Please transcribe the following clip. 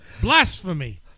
Blasphemy